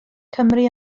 cymru